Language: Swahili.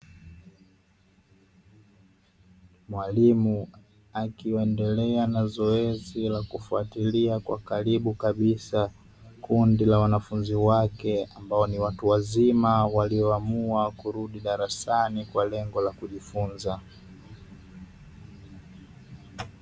Mwalimu akiendelea na zoesi la kufatilia kwa karibu kabisa kundi la wanafunzi wake ambao ni watu wazima walio amua kurudi darasani kwa lengo la kujifunza.